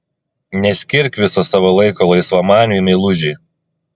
neskirk viso savo laiko laisvamaniui meilužiui